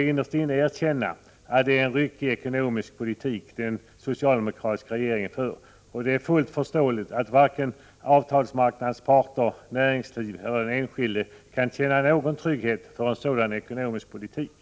innerst inne erkänna att det är en ryckig ekonomisk politik den socialdemokratiska regeringen för, och det är fullt förståeligt att varken avtalsmarknadens parter, näringsliv eller den enskilde kan känna någon trygghet inför en sådan ekonomisk politik.